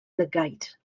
lygaid